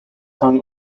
hung